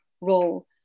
role